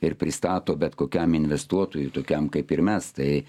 ir pristato bet kokiam investuotojui tokiam kaip ir mes tai